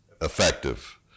effective